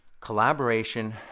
Collaboration